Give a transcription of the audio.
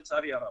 לצערי הרב.